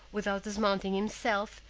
without dismounting himself,